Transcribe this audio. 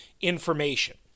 information